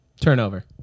turnover